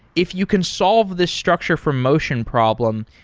if you can solve this structure from motion problem,